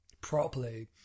properly